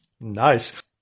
Nice